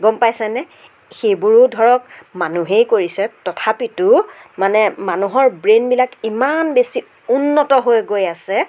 গম পাইছেনে সেইবোৰো ধৰক মানুহেই কৰিছে তথাপিতো মানে মানুহৰ ব্ৰেইনবিলাক ইমান বেছি উন্নত হৈ গৈ আছে